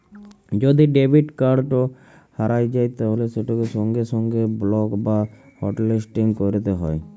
যদি debit card হারাঁয় যায় তাইলে সেটকে সঙ্গে সঙ্গে বলক বা হটলিসটিং ক্যইরতে হ্যয়